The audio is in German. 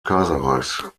kaiserreichs